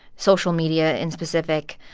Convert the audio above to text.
social media, in specific,